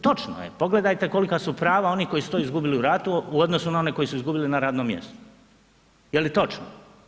Točno je, pogledajte kolika su prava onih koji su to izgubili u ratu u odnosu na one koji su izgubili na radnom mjestu, je li točno?